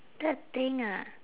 third thing ah